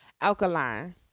alkaline